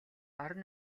орон